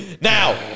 Now